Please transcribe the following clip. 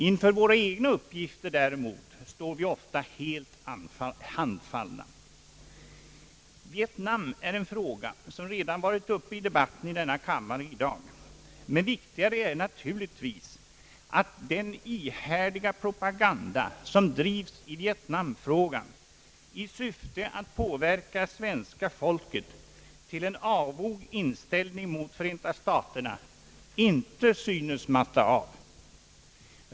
Inför våra egna uppgifter står vi däremot ofta helt handfallna.» Vietnamfrågan har redan varit uppe i gårdagens debatt här i kammaren. Det viktiga är naturligtvis att den ihärdiga propaganda beträffande Vietnam, som drivs i syfte att påverka svenska folket till en avog inställning mot Förenta staterna, inte synes matta av.